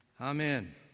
amen